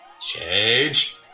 Change